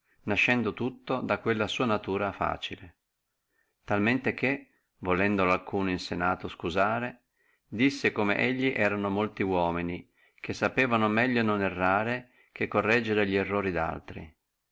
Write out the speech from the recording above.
nascendo tutto da quella sua natura facile talmente che volendolo alcuno in senato escusare disse come elli erano di molti uomini che sapevano meglio non errare che correggere li errori